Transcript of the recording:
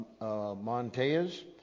Montez